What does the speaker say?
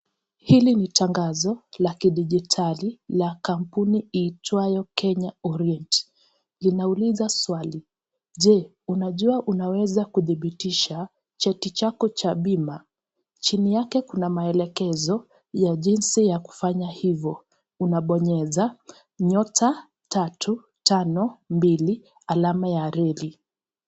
Hili ni tangazo, la kidijitari, la kampuni iitwayo Kenya Orient, inauliza swali, je, unajua unaweza kuthibitisha, cheti chako cha bima, chini yake kuna maelekezo ya jinsi ya kufanya hivo, unabonyeza,*352#.